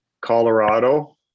Colorado